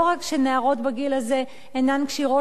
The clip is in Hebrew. לא רק שנערות בגיל הזה אינן כשירות